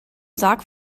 sarg